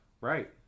Right